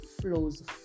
flows